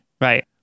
Right